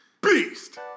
Beast